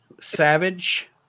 Savage